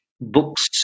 books